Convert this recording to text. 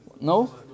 No